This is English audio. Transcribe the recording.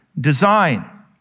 design